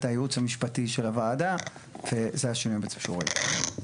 הייעוץ המשפטי של הוועדה וזה השינויים בעצם שרואים.